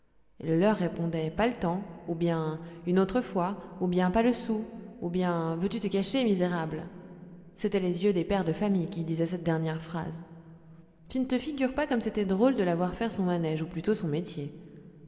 le leur répondait pas le temps ou bien une autre fois ou bien pas le sou ou bien veux-tu te cacher misérable c'étaient les yeux des pères de famille qui disaient cette dernière phrase tu ne te figures pas comme c'était drôle de la voir faire son manège ou plutôt son métier